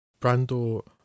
Brando